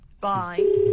Bye